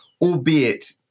Albeit